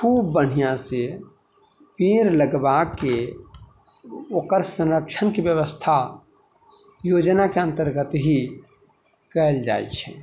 खूब बढ़िआँसँ पेड़ लगबाके ओकर संरक्षणके व्यवस्था योजनाके अन्तर्गत ही कयल जाइ छै